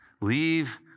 Leave